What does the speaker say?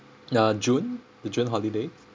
uh june the june holidays